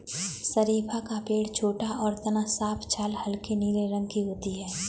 शरीफ़ा का पेड़ छोटा और तना साफ छाल हल्के नीले रंग की होती है